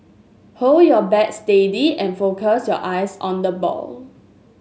hold your bat steady and focus your eyes on the ball